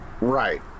Right